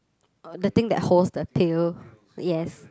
the thing that holds the tail yes